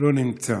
לא נמצא,